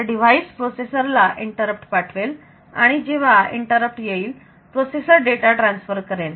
तर device processor ला interrupt पाठवेल आणि जेव्हा इंटरप्ट येईल प्रोसेसर डेटा ट्रान्सफर करेल